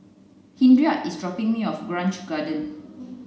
Henriette is dropping me off at Grange Garden